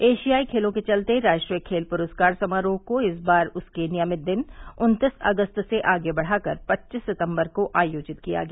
एशियाई खेलों के चलते राष्ट्रीय खेल पुरस्कार समारोह को इस बार उसके नियमित दिन उन्तीस अगस्त से आगे बढ़ाकर पच्चीस सितम्बर को आयोजित किया गया